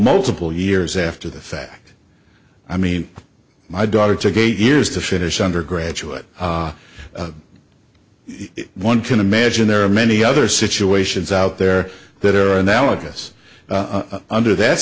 multiple years after the fact i mean my daughter took eight years to finish undergraduate if one can imagine there are many other situations out there that are analogous under th